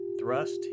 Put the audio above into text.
thrust